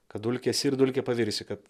kad dulke esi ir dulke pavirsi kad